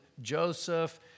Joseph